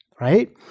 right